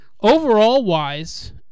overall-wise